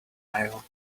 mail